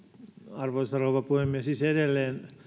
arvoisa rouva puhemies siis edelleen